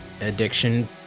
addiction